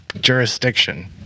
jurisdiction